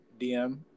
dm